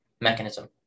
mechanism